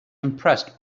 impressed